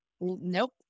Nope